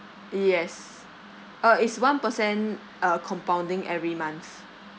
yes uh is one percent uh compounding every month